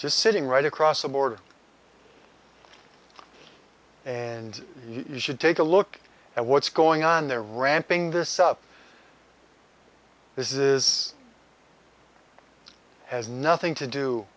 just sitting right across the border and you should take a look at what's going on there ranting this stuff this is has nothing to do